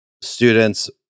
students